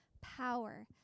power